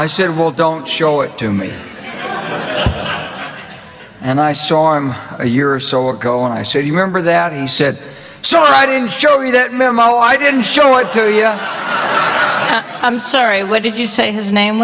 i said well don't show it to me and i saw him a year or so ago and i said you remember that he said so i didn't show you that memo i didn't show it to you know i'm sorry what did you say his name